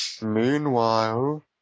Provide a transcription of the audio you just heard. Meanwhile